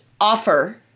offer